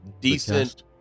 Decent